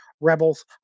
rebels